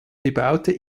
bebaute